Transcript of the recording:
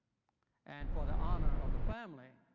and for the honor of the family,